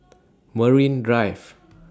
Marine Drive